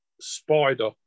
spider